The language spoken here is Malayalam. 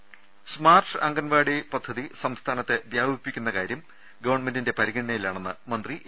രദ്ദേഷ്ടങ സ്മാർട്ട് അങ്കണവാടി പദ്ധതി സംസ്ഥാനത്ത് വ്യാപിപ്പിക്കുന്ന കാര്യം ഗവൺമെന്റിന്റെ പരിഗണനയിലാണെന്ന് മന്ത്രി എ